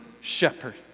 shepherd